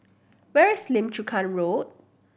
where is Lim Chu Kang Road